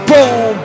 Boom